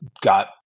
got